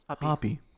Poppy